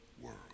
world